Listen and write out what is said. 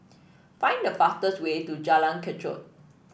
find the fastest way to Jalan Kechot